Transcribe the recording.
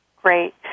Great